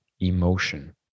emotion